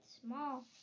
small